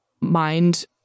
mind